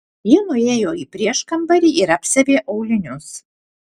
ji nuėjo į prieškambarį ir apsiavė aulinius